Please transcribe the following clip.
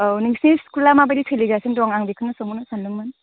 औ नोंसिनि स्कुला माबादि सोलिगासिनो दं आं बेखौनो सोंदोंमोन